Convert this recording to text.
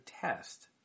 test